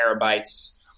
terabytes